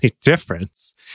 difference